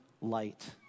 light